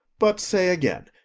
but say, again,